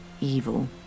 evil